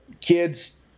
kids